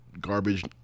garbage